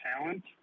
talent